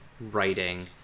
writing